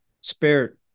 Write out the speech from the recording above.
spirit